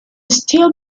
steel